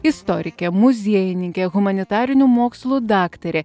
istorikė muziejininkė humanitarinių mokslų daktarė